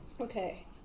Okay